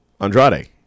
Andrade